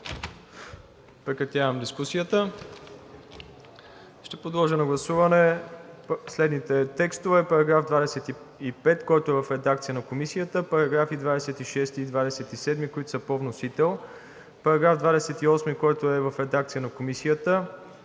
Прекратявам дискусията. Ще подложа на гласуване следните текстове: § 25, който е в редакция на Комисията; параграфи 26 и 27, които са по вносител; §28, който е в редакция на Комисията;